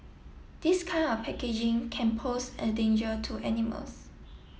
this kind of packaging can pose a danger to animals